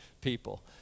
people